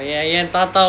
என் தாத்தா:en thatha